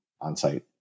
on-site